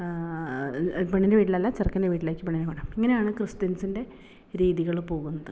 പെണ്ണിൻ്റെ വീട്ടിൽ അല്ല ചെറുക്കൻ്റെ വീട്ടിലേക്ക് പെണ്ണിനെ കൊണ്ട് വന്ന് ആക്കും ഇങ്ങനെയാണ് ക്രിസ്ത്യൻസിൻ്റെ രീതികൾ പോകുന്നത്